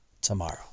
tomorrow